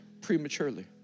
prematurely